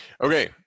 Okay